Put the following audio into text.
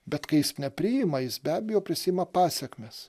bet kai jis nepriima jis be abejo prisiima pasekmes